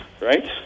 right